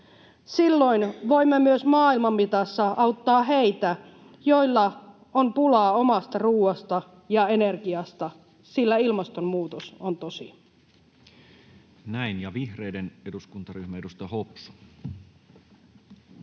Silloin voimme myös maailman mitassa auttaa heitä, joilla on pulaa omasta ruuasta ja energiasta, sillä ilmastonmuutos on tosi. Näin. — Vihreiden eduskuntaryhmä, edustaja Hopsu.